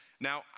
Now